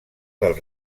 del